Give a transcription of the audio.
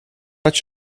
such